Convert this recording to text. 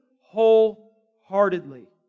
wholeheartedly